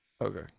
Okay